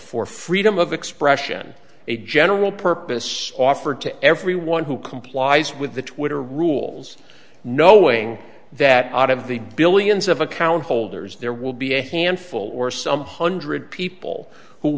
for freedom of expression a general purpose offered to everyone who complies with the twitter rules knowing that out of the billions of account holders there will be a handful or some hundred people who